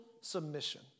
submission